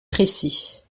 précis